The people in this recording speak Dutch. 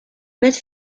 met